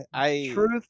truth